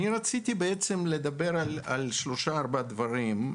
אני רציתי לדבר על שלושה-ארבעה דברים.